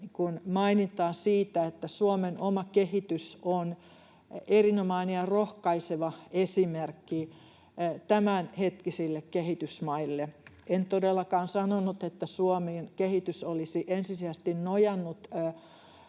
mainintaa siitä, että Suomen oma kehitys on erinomainen ja rohkaiseva esimerkki tämänhetkisille kehitysmaille. En todellakaan sanonut, että Suomen kehitys olisi ensisijaisesti nojannut